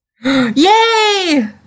Yay